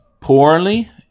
poorly